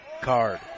Card